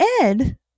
ed